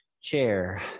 chair